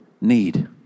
need